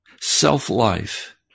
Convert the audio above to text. self-life